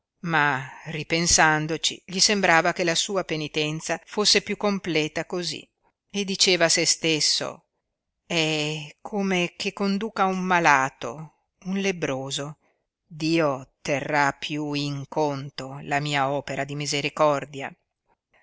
ma ripensandoci gli sembrava che la sua penitenza fosse piú completa cosí e diceva a se stesso è come che conduca un malato un lebbroso dio terrà piú in conto la mia opera di misericordia